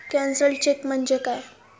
Cancelled cheque म्हणजे काय?